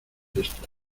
esto